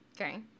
Okay